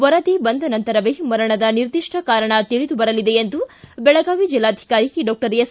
ವರದಿ ಬಂದ ನಂತರವೇ ಮರಣದ ನಿರ್ದಿಷ್ಟ ಕಾರಣ ತಿಳಿದು ಬರಲಿದೆ ಎಂದು ಬೆಳಗಾವಿ ಜಿಲ್ಲಾಧಿಕಾರಿ ಡಾಕ್ಟರ್ ಎಸ್